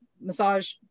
massage